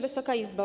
Wysoka Izbo!